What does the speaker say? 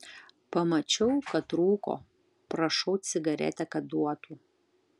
pamačiau kad rūko prašau cigaretę kad duotų